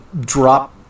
drop